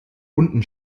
unten